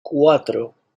cuatro